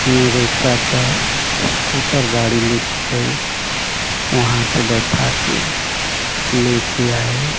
मेरे चाचा स्कूटर गाड़ी ले कर गए वहाँ से बैठा कर ले कर आए